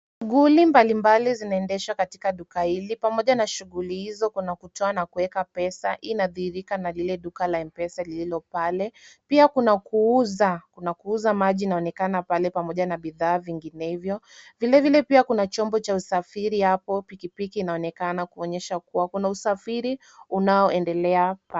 Shughuli mbalimbali zinaendeshwa katika duka hili pamoja na shughuli hizo kuna kutoa na kuweka pesa. Hii inadhihirika na lile duka la m-pesa lililo pale, pia kuna kuuza maji inaonekana pale na bidhaa vinginevyo, vilevile pia kuna chombo cha usafiri hapo pikipiki inaonekana kuonyesha kuwa kuna usafiri unaoendelea pale.